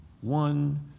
One